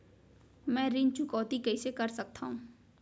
मैं ऋण चुकौती कइसे कर सकथव?